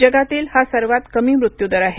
जगातील हा सर्वांत कमी मृत्यू दर आहे